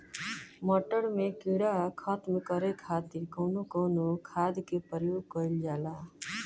मटर में कीड़ा खत्म करे खातीर कउन कउन खाद के प्रयोग कईल जाला?